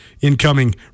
incoming